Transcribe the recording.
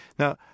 Now